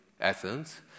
Athens